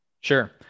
Sure